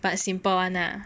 but simple [one] lah